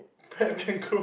and